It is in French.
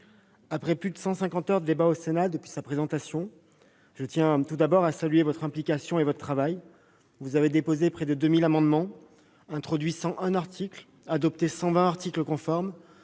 Après plus de 150 heures de débat au Sénat depuis sa présentation, je tiens à saluer votre implication et votre travail : vous avez déposé près de 2 000 amendements, introduit 101 articles et adopté 120 articles conformes